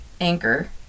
anchor